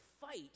fight